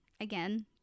again